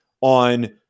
on